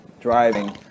driving